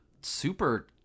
super